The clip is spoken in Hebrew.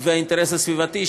והאינטרס הסביבתי,